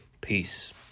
Peace